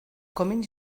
komeni